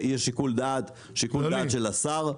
שיקול דעת של השר,